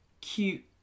cute